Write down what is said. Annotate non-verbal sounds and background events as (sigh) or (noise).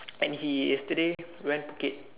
(noise) and he yesterday went Phuket